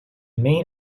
main